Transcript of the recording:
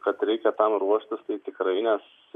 kad reikia tam ruoštis tai tikrai nes